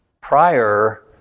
prior